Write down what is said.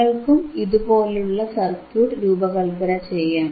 നിങ്ങൾക്കും ഇതുപോലുള്ള സർക്യൂട്ട് രൂപകല്പന ചെയ്യാം